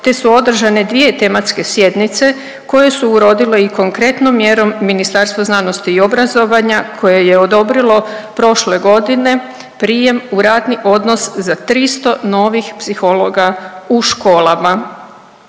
te su održane dvije tematske sjednice koje su urodile i konkretnom mjerom Ministarstva znanosti i obrazovanja koje je odobrilo prošle godine prijem u radni odnos za 300 novih psihologa u školama.